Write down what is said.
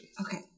Okay